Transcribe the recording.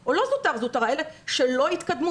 או לא זוטר או זוטרה אלא אלה שלא התקדמו